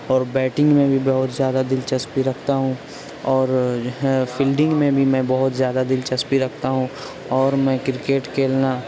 اور بیٹنگ میں بھی بہت زیادہ دلچسپی رکھتا ہوں اور فیلڈنگ میں بھی میں بہت زیادہ دلچسپی رکھتا ہوں اور میں کرکٹ کھیلنا